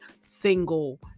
single